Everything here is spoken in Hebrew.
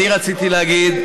אני לא עושה שום עניין.